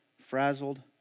frazzled